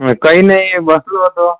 काही नाही बसलो होतो